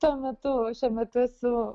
tuo metu o šiuo metu esu